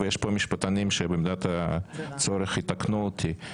ויש פה משפטנים שבמידת הצורך יתקנו אותי,